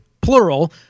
plural